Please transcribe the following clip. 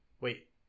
Wait